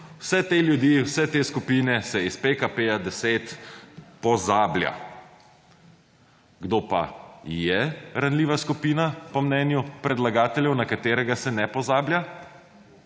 Vse te ljudi, vse te skupine se iz PKP-10 pozablja. Kdo pa je ranljiva skupina po mnenju predlagateljev na katerega se ne pozablja?